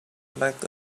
like